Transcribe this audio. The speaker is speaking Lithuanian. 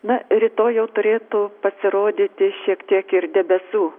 na rytoj jau turėtų pasirodyti šiek tiek ir debesų